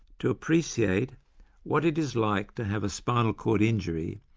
to appreciate what it is like to have a spinal cord injury,